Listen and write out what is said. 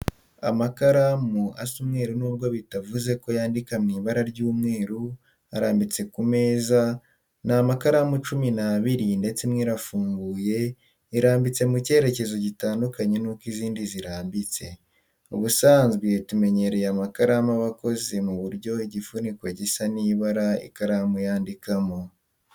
Amakaramu asa umweru nubwo bitavuze ko yandika mu ibara ry'umweru arambitse ku meza, ni amakaramu cumi n'abiri ndetse imwe irafunguye, irambitse mu cyerekezo gitandukanye n'uko izindi zirbitse. Ubusanzwe tumenyereye amakaramu aba akoze ku buryo igifuniko gisa n'ibara ikaramu yanfikamo.